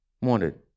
wanted